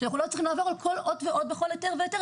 שאנחנו לא צריכים לעבור על כל אות ואות בכל היתר והיתר,